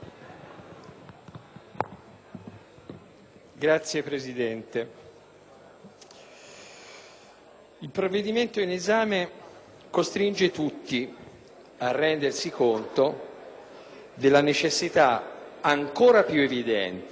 Signor Presidente, il provvedimento in esame costringe tutti a rendersi conto della necessità, ancora più evidente,